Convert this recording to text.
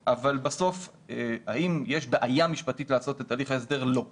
בסוף האם יש בעיה משפטית לעשות את תהליך ההסדר לא.